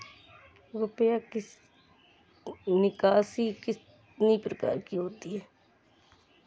रुपया निकासी कितनी प्रकार की होती है?